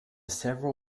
several